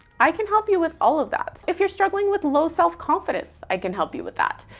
i can help you with all of that. if you're struggling with low self-confidence, i can help you with that.